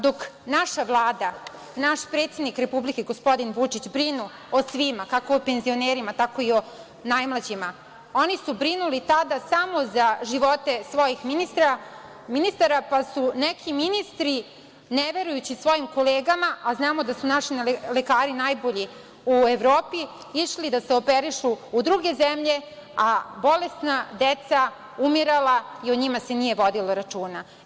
Dok naša Vlada, naš predsednik Republike, gospodin Vučić, brine o svima, kako o penzionerima, tako i o najmlađima, oni su brinuli tada samo za živote svojih ministara, pa su neki ministri ne verujući svojim kolegama, a znamo da su naši lekari najbolji u Evropi, išli da se operišu u druge zemlje, a bolesna deca umirala i o njima se nije vodilo računa.